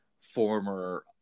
former